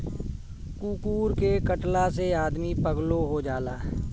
कुकूर के कटला से आदमी पागलो हो जाला